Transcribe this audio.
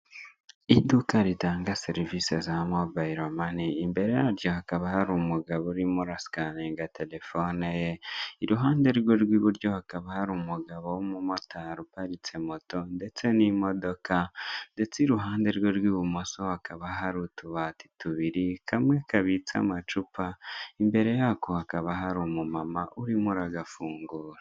Iduka ritanga serivisi za mobile money, imbere yaryo hakaba hari umugabo urimo urasikaninga telefone ye, iruhande rwe rw'iburyo hakaba hari umugabo w'umumotari uparitse moto ndetse n'imodoka ndetse iruhande rwe rw'ibumoso hakaba hari utubati tubiri, kamwe kabitse amacupa imbere y'ako hakaba hari umumama urimo uragafungura.